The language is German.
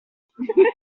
leck